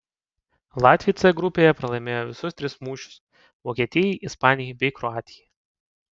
latviai c grupėje pralaimėjo visus tris mūšius vokietijai ispanijai bei kroatijai